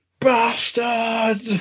Bastard